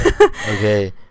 Okay